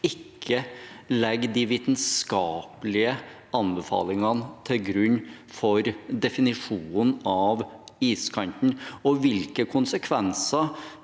ikke legger de vitenskapelige anbefalingene til grunn for definisjonen av iskanten, og hvilke konsekvenser